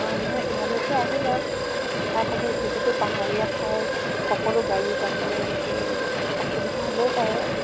অঁ নহয় ইয়ালৈকে আহি লওক তাৰ পাছত যিহেতু পাহাৰীয়া ঠাই সকলো গাড়ী যাবলৈ এনেকৈ অসুবিধা হ'বও পাৰে